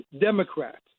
Democrats